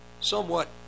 somewhat